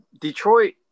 Detroit